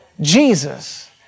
Jesus